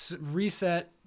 reset